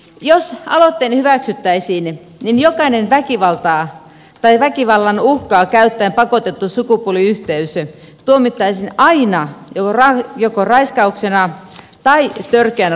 jos aloitteeni hyväksyttäisiin niin jokainen väkivallan uhkaa käyttäen pakotettu sukupuoliyhteys tuomittaisiin aina joko raiskauksena tai törkeänä raiskauksena